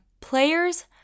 Players